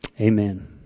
Amen